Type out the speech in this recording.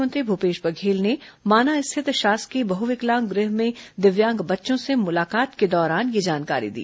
मुख्यमंत्री भूपेश बघेल ने माना स्थित शासकीय बहुविकलांग गृह में दिव्यांग बच्चों से मुलाकात के दौरान यह जानकारी दी